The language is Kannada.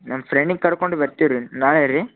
ನಮ್ಮ ಫ್ರೆಂಡಿನ ಕರ್ಕೊಂಡು ಬರ್ತೀವಿ ರೀ ನಾಳೆ ರೀ